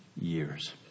years